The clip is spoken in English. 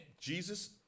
Jesus